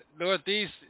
Northeast